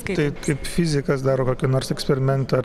taip kaip fizikas daro kokį nors eksperimentą